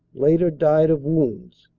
later died of wounds.